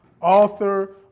author